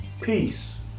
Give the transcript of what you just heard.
peace